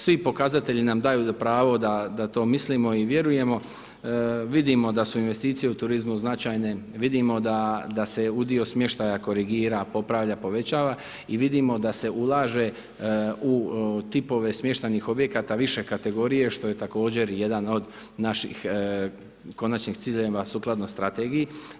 Svi pokazatelji nam daju za pravo da to mislimo i vjerujemo, vidimo da su investicije u turizmu značajne, vidimo da se u dio smještaja korigira, popravlja, povećava i vidimo da se ulaže u tipove smještajnih objekata, više kategorije, što je također jedan od naših konačnih ciljeva sukladno strategiji.